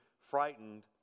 frightened